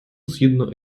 згідно